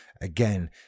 Again